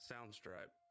Soundstripe